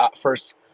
first